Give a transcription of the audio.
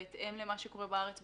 בהתאם למה שקורה בארץ,